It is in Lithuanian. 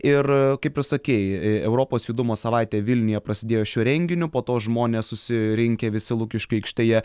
ir kaip ir sakei europos judumo savaitė vilniuje prasidėjo šiuo renginiu po to žmonės susirinkę visi lukiškių aikštėje